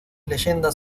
leyendas